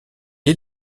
est